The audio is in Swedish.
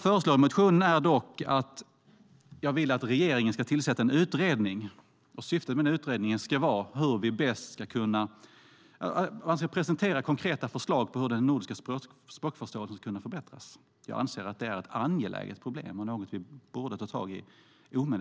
I motionen föreslår jag att regeringen tillsätter en utredning med syfte att presentera konkreta förslag på hur den nordiska språkförståelsen ska kunna förbättras. Jag anser att det är ett angeläget problem som vi omedelbart borde ta tag i.